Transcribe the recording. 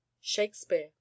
Shakespeare